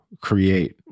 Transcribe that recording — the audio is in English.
create